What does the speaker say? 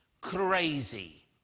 crazy